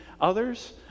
others